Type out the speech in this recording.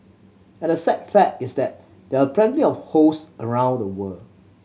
and the sad fact is that there are plenty of host around the world